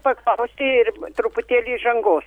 paklausti ir truputėlį įžangos